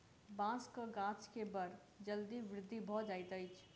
बांसक गाछ के बड़ जल्दी वृद्धि भ जाइत अछि